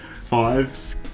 five